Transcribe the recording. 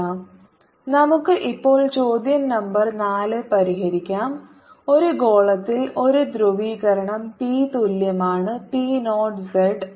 Ez1Ez2 നമുക്ക് ഇപ്പോൾ ചോദ്യം നമ്പർ 4 പരിഹരിക്കാം ഒരു ഗോളത്തിൽ ഒരു ധ്രുവീകരണം p തുല്യമാണ് p നോട്ട് z